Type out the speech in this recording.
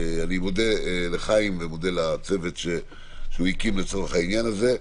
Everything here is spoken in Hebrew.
אני מודה לחיים ולצוות שהוא הקים לצורך העניין הזה.